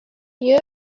lieu